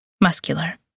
muscular